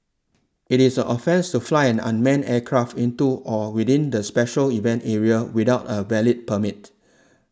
it is an offence to fly an unmanned aircraft into or within the special event area without a valid permit